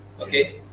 Okay